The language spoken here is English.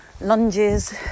lunges